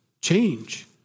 Change